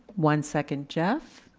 one second, jeff.